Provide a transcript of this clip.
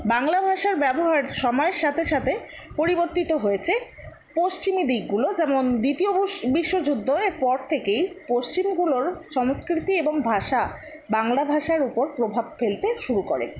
বাংলা ভাষার ব্যবহার সময়ের সাথে সাথে পরিবর্তিত হয়েছে পশ্চিমি দিকগুলো যেমন দ্বিতীয় বুশ বিশ্বযুদ্ধের পর থেকেই পশ্চিমগুলোর সংস্কৃতি ও ভাষা বাংলা ভাষার উপর প্রভাব ফেলতে শুরু করে